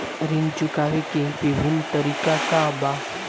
ऋण चुकावे के विभिन्न तरीका का बा?